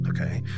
Okay